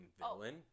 villain